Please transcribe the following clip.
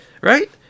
right